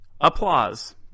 Applause